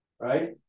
right